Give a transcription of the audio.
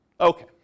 Okay